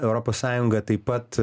europos sąjunga taip pat